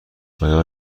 آیا